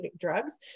drugs